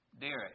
Derek